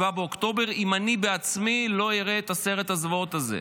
באוקטובר אם אני בעצמי לא אראה את סרט הזוועות הזה?